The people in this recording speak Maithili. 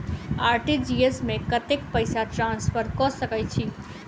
आर.टी.जी.एस मे कतेक पैसा ट्रान्सफर कऽ सकैत छी?